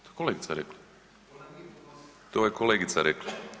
To je kolegica rekla, to je kolegica rekla.